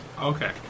Okay